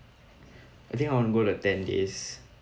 I think I want to go like ten days